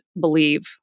believe